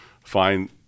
find –